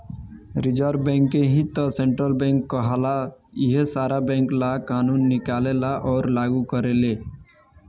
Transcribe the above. reserve bank के ही त सेन्ट्रल बैंक कहाला इहे सारा बैंक ला कानून निकालेले अउर लागू करेले